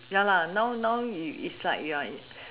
ya lah now now it's like you are